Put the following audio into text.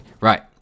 right